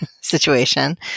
situation